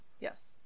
yes